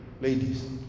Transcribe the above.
ladies